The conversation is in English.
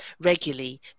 regularly